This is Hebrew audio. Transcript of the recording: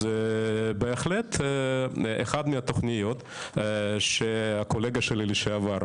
אז בהחלט אחת מהתוכניות שהקולגה שלי לשעבר,